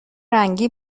رنگی